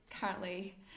currently